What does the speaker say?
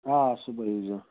آ صُبحٲے ییٖزیٚو